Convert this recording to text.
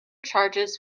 charges